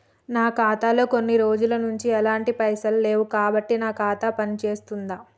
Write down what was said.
నా ఖాతా లో కొన్ని రోజుల నుంచి ఎలాంటి పైసలు లేవు కాబట్టి నా ఖాతా పని చేస్తుందా?